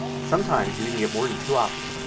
sometimes you even get more than two options.